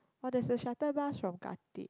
but there's the shuttle bus from Khatib